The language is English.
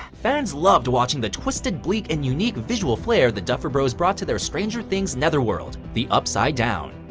fans loved watching the twisted, bleak, and unique visual flare the duffer bros brought to their stranger things netherworld the upside down.